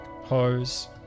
hose